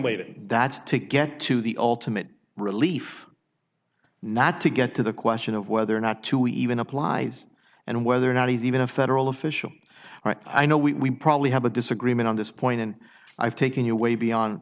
waiting that's to get to the ultimate relief not to get to the question of whether or not to even apply and whether or not even a federal official i know we probably have a disagreement on this point and i've taken you way beyond